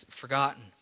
forgotten